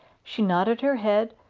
she nodded her head,